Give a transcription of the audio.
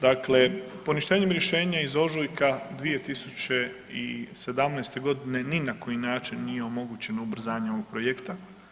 Dakle, poništenjem rješenja iz ožujka 2017. godine ni na koji način nije omogućeno ubrzanje ovog projekta.